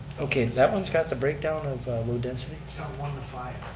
okay, that one's got the breakdown of low density? it's got one to five.